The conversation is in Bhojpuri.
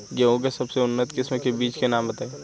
गेहूं के सबसे उन्नत किस्म के बिज के नाम बताई?